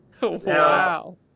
Wow